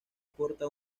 porta